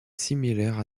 similaire